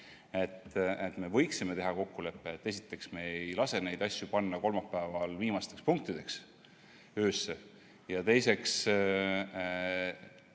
et me võiksime teha kokkuleppe, et me ei lase neid asju panna kolmapäeval viimasteks punktideks, öösse. Ja teiseks